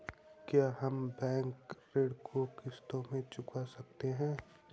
क्या हम बैंक ऋण को किश्तों में चुका सकते हैं?